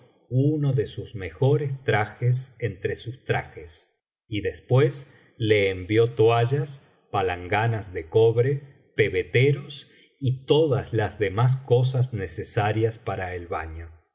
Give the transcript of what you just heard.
uno de sus mejores trajes entre sus trajes y después le envió toallas palanganas de cobre pebeteros y todas las demás cosas necesarias para el baño